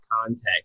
context